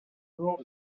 road